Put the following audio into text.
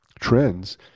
trends